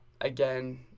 Again